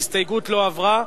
ההסתייגות לא עברה.